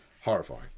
Horrifying